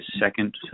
second